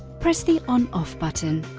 press the on off button.